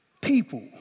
people